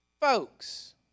folks